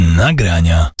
nagrania